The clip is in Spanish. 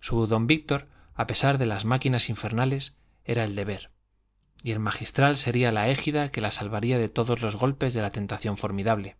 su don víctor a pesar de las máquinas infernales era el deber y el magistral sería la égida que la salvaría de todos los golpes de la tentación formidable